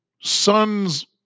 son's